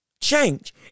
change